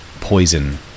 poison